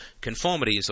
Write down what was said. conformities